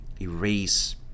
erase